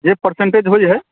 जे पर्सेन्टेज होइत हइ